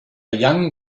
young